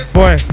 Boy